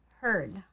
heard